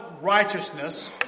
righteousness